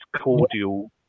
cordial